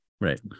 Right